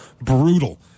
brutal